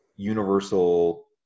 universal